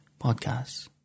podcasts